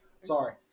Sorry